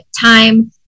time